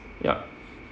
ya